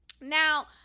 Now